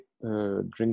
drink